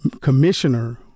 Commissioner